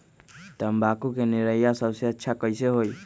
तम्बाकू के निरैया सबसे अच्छा कई से होई?